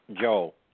Joe